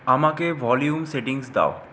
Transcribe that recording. আমাকে volume settings দাও